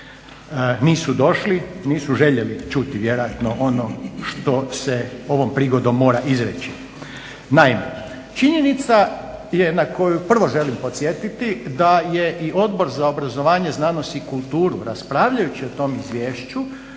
nisu došli, nisu željeli čuti vjerojatno ono što se ovom prigodom mora izreći. Naime, činjenica je na koju prvo želim podsjetiti da je i Odbor za obrazovanje, znanost i kulturu raspravljajući o tom izvješću